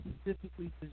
specifically